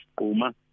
Uma